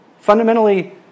Fundamentally